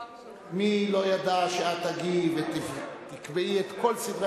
מי לא ידע שאת תגיעי ותקבעי את כל סדרי